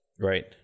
right